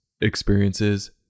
experiences